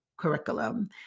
curriculum